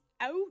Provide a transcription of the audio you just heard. out